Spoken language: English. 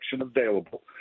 available